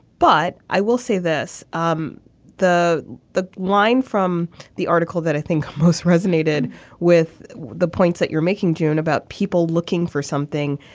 but i will say this um the the line from the article that i think most resonated with the points that you're making june about people looking for something.